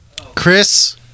Chris